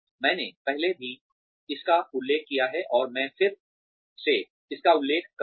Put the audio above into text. मैंने पहले भी इसका उल्लेख किया है और मैं फिर से इसका उल्लेख करूँगा